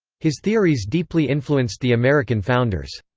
his theories deeply influenced the american founders.